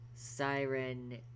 Siren